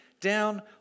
down